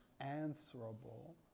answerable